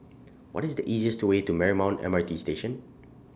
What IS The easiest Way to Marymount M R T Station